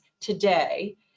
today